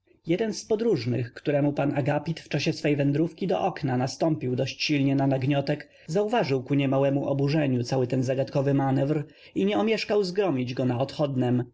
jeden z podróżnych którem u pan a g ap it w czasie swej w ędrów ki do okna nastąpił dość silnie na nagniotek zauw ażył ku nie m ałem u oburzeniu cały ten zagadkow y m a new r i nie om ieszkał zgrom ić go na odchodnem